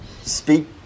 speak